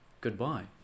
Goodbye